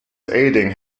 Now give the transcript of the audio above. aiding